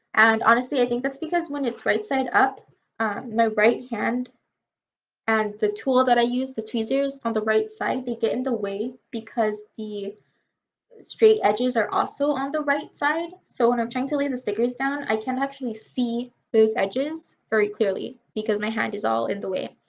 and honestly i think that's because when it's right side up my right hand and the tool that i use, the tweezers, on the right side they get in the way because the straight edges are also on the right side so when i'm trying to lay the stickers down i can't actually see those edges very clearly because my hand is all in the way.